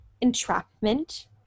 entrapment